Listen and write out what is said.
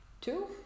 Two